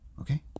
Okay